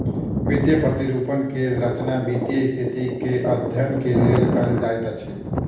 वित्तीय प्रतिरूपण के रचना वित्तीय स्थिति के अध्ययन के लेल कयल जाइत अछि